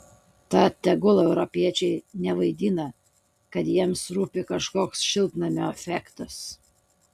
tad tegul europiečiai nevaidina kad jiems rūpi kažkoks šiltnamio efektas